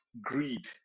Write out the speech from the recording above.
greed